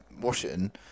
Washington